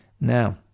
Now